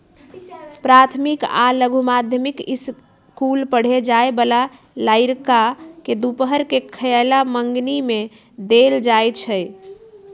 प्राथमिक आ लघु माध्यमिक ईसकुल पढ़े जाय बला लइरका के दूपहर के खयला मंग्नी में देल जाइ छै